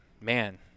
man